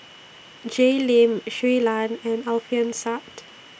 Jay Lim Shui Lan and Alfian Sa'at